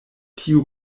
tiu